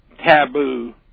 Taboo